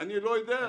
לא יודע.